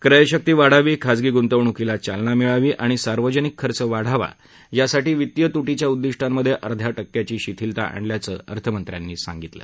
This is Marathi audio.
क्रयशक्ती वाढावी खासगी गुंतवणुकीला चालना मिळावी आणि सार्वजनिक खर्च वाढावा यासाठी वित्तीय तुटीच्या उद्दिष्टामध्ये अर्धा टक्क्याची शिथिलता आणल्याचे अर्थमंत्र्यांनी सांगितलं